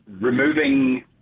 removing